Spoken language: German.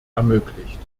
ermöglicht